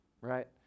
right